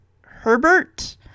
Herbert